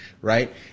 Right